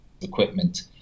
Equipment